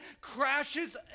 crashes